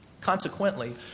Consequently